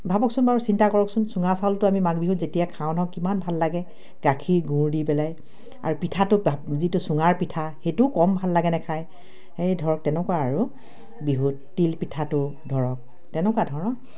ভাবকচোন বাৰু চিন্তা কৰকচোন চুঙা চাউলটো আমি মাঘ বিহুত যেতিয়া খাওঁ নহওঁক ইমান ভাল লাগে গাখীৰ গুৰ দি পেলাই আৰু পিঠাটো যিটো চুঙাৰ পিঠা সেইটোও কম ভাল লাগেনে খায় সেই ধৰক তেনেকুৱা আৰু বিহুত তিল পিঠাটো ধৰক তেনেকুৱা ধৰক